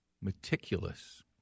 meticulous